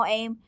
em